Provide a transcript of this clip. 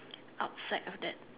outside of that